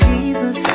Jesus